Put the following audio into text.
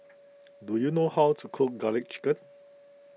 do you know how to cook Garlic Chicken